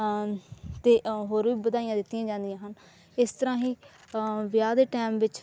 ਅਤੇ ਹੋਰ ਵੀ ਵਧਾਈਆਂ ਦਿੱਤੀਆਂ ਜਾਂਦੀਆਂ ਹਨ ਇਸ ਤਰ੍ਹਾਂ ਹੀ ਵਿਆਹ ਦੇ ਟਾਈਮ ਵਿੱਚ